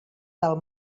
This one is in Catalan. del